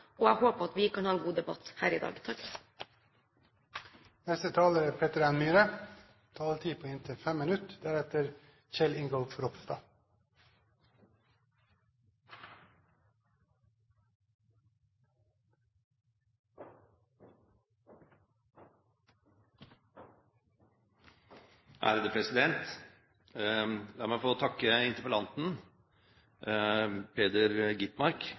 og jeg håper at vi kan ha en god debatt her i dag. La meg få takke interpellanten, Peter Skovholt Gitmark, for å ha tatt dette initiativet, og jeg vil også takke